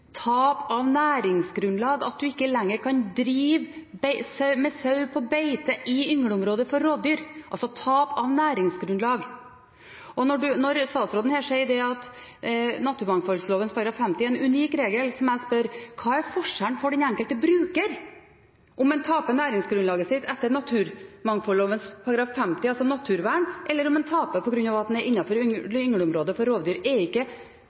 tap av næringsgrunnlag og at man ikke lenger kan drive med sau på beite i yngleområdet for rovdyr – altså tap av næringsgrunnlag. Når statsråden her sier at naturmangfoldloven § 50 er en unik regel, må jeg spørre: Hva er forskjellen for den enkelte bruker om en taper næringsgrunnlaget sitt etter naturmangfoldloven § 50 – altså naturvern – eller om en taper fordi en er innenfor yngleområdet for rovdyr? Er ikke